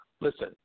listen